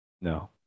No